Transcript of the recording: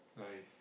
nice